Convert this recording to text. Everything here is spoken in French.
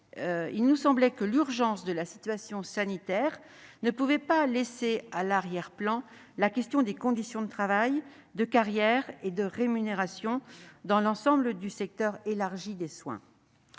lui semblait que l'urgence de la situation sanitaire ne pouvait pas laisser à l'arrière-plan la question des conditions de travail, de carrière et de rémunération dans l'ensemble du secteur élargi des soins.